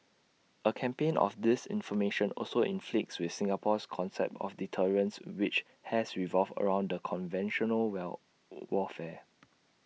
A campaign of disinformation also conflicts with Singapore's concept of deterrence which has revolved around conventional where warfare